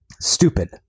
stupid